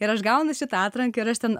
ir aš gaunu šitą atranką ir aš ten